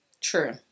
True